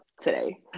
today